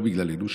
לא בגללנו,